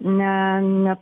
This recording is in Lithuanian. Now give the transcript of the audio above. ne ne